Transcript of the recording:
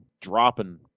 Dropping